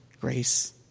grace